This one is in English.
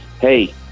hey